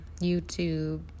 YouTube